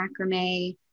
macrame